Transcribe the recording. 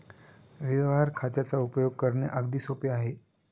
व्यवहार खात्याचा उपयोग करणे अगदी सोपे आहे